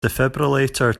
defibrillator